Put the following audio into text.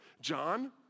John